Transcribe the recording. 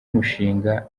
umushinga